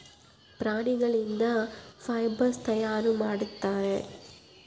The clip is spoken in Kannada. ಪ್ರಾಣಿಗಳಿಂದ ಫೈಬರ್ಸ್ ತಯಾರು ಮಾಡುತ್ತಾರೆ